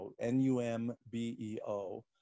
n-u-m-b-e-o